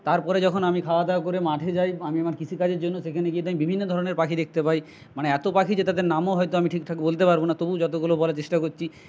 তারপরে যখন আমি খাওয়া দাওয়া করে মাঠে যাই আমি আমার কৃষিকাজের জন্য সেখানে গিয়ে তো আমি বিভিন্ন ধরনের পাখি দেখতে পাই মানে এত পাখি যে তাদের নামও হয়তো আমি ঠিকঠাক বলতে পারব না তবু যতগুলো বলার চেষ্টা করছি